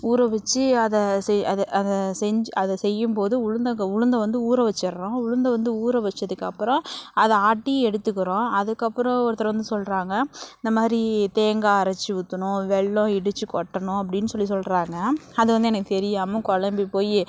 ஊற வச்சு அதை செய் அதை அதை செஞ்சு அதை செய்யும் போது உளுந்தங்க உளுந்தை வந்து ஊற வச்சிடுறோம் உளுந்தை வந்து ஊற வச்சதுக்கு அப்புறம் அதை ஆட்டி எடுத்துக்கிறோம் அதுக்கப்புறம் ஒருத்தர் வந்து சொல்கிறாங்க இந்த மாதிரி தேங்காய் அரைச்சி ஊற்றணும் வெல்லம் இடித்துக் கொட்டணும் அப்படின்னு சொல்லி சொல்கிறாங்க அது வந்து எனக்குத் தெரியாமல் கொழம்பி போய்